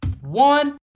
One